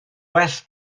well